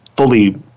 fully